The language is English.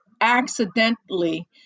accidentally